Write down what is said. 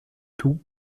tout